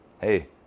hey